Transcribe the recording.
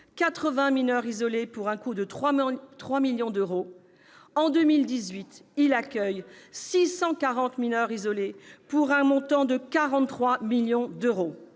80 mineurs isolés, pour un coût de 3 millions d'euros ; en 2018, il en accueille 640, pour un montant de 43 millions d'euros.